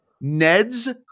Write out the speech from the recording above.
Ned's